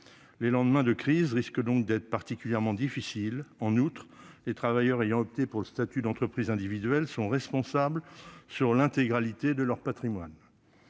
Les lendemains de crise risquent donc d'être particulièrement difficiles ... En outre, les travailleurs ayant opté pour le statut d'entrepreneur individuel sont responsables sur l'intégralité de leur patrimoine.